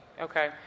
Okay